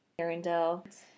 Arendelle